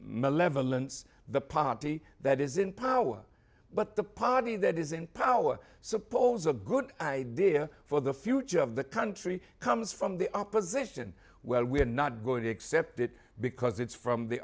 malevolence the party that is in power but the party that is in power suppose a good idea for the future of the country comes from the opposition well we're not going to accept it because it's from the